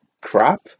crap